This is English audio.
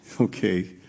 okay